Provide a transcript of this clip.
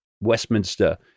Westminster